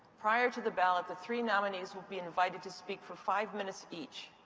prior to the ballot, the three nominees will be invited to speak for five minutes each.